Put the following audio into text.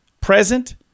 Present